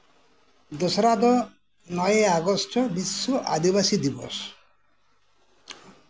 ᱫᱚᱥᱨᱟ ᱫᱚ ᱱᱚᱭᱮ ᱟᱜᱚᱥᱴ ᱵᱤᱥᱥᱚ ᱟᱫᱤᱵᱟᱥᱤ ᱫᱤᱵᱚᱥ